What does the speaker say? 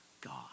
God